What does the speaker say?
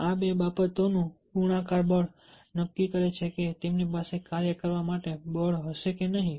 આ બે બાબતોનું ગુણાકાર બળ નક્કી કરે છે કે તેની પાસે કાર્ય કરવા માટે બળ હશે કે નહીં